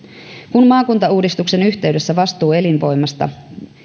kun maakuntauudistuksen yhteydessä vastuu elinvoimasta